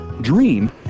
dream